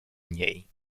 niej